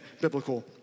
biblical